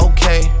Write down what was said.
Okay